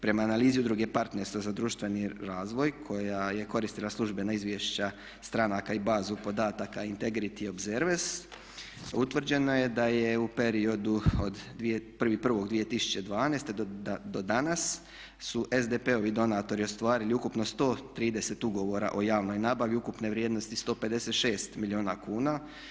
Prema analizi Udruge partnerstva za društveni razvoj koja je koristila službena izvješća stranaka i bazu podataka Integrity opservers utvrđeno je da je u periodu od 1.01.2012. do danas su SDP-ovi donatori ostvarili ukupno 130 ugovora o javnoj nabavi ukupne vrijednosti 156 milijuna kuna.